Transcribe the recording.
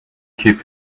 keep